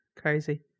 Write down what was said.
Crazy